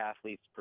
athletes